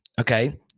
Okay